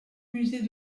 musée